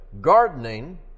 Gardening